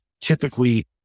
typically